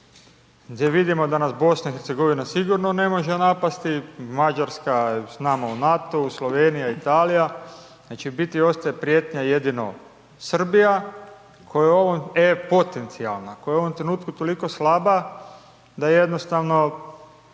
gdje vidimo da nas BiH sigurno ne može napasti, Mađarska je s nama u NATO-u, Slovenija, Italija, znači, u biti ostaje prijetnja jedino Srbija, koja je ovom e-potencijalna, koja je u ovom trenutku toliko slaba da jednostavno